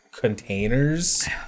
containers